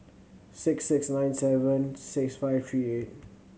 six six nine seven six five three eight